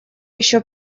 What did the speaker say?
еще